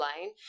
line